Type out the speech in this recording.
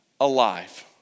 alive